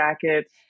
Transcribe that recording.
Jackets